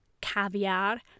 caviar